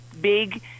big